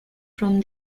from